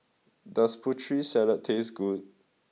does Putri Salad taste good